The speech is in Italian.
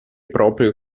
proprio